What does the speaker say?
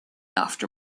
after